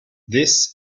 this